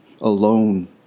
alone